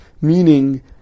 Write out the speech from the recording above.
meaning